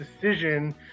decision